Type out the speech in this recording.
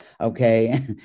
okay